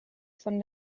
von